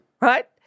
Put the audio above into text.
right